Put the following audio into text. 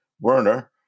Werner